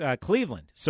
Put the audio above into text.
Cleveland